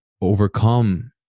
overcome